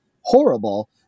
horrible